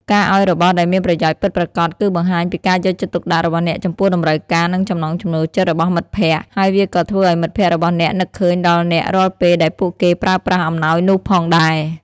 ការឱ្យរបស់ដែលមានប្រយោជន៍ពិតប្រាកដ គឺបង្ហាញពីការយកចិត្តទុកដាក់របស់អ្នកចំពោះតម្រូវការ និងចំណង់ចំណូលចិត្តរបស់មិត្តភក្តិ ហើយវាក៏ធ្វើឱ្យមិត្តភក្តិរបស់អ្នកនឹកឃើញដល់អ្នករាល់ពេលដែលពួកគេប្រើប្រាស់អំណោយនោះផងដែរ។